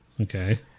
Okay